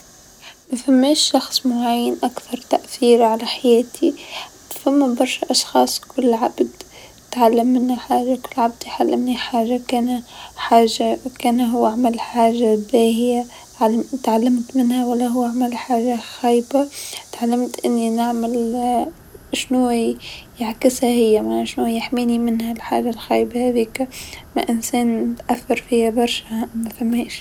مافماش شخص معين أكثر تأثيرا على حياتي، فما برشا أشخاص كل عبد نتعلم منه حاجه، كل عبد يعلمني حاجه كانا حاجه كانا هو عمل حاجه باهيا عل-تعلمت منها و لا هو عمل حاجه خايبا تعلمت أني نعمل شنوا يعكسها هي معناها شنوا يحميني منها هذي الحاجه الخايبا هاذيكا، ما إنسان أثر فيا برشا ما فماش.